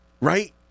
Right